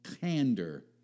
candor